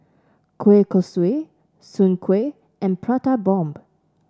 Kueh Kosui Soon Kueh and Prata Bomb